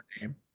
name